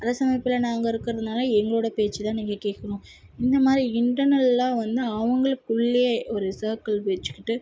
அரசு அமைப்பில் நாங்கள் இருக்கறதுனால எங்களோட பேச்சு தான் நீங்கள் கேட்கணும் இந்த மாதிரி இன்டர்னல்லாக வந்து அவங்களுக்குள்ளே ஒரு சர்க்கிள் வச்சுக்கிட்டு